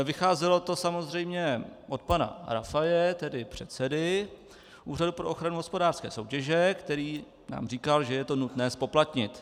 Vycházelo to samozřejmě od pana Rafaje, tedy předsedy Úřadu pro ochranu hospodářské soutěže, který nám říkal, že je to nutné zpoplatnit.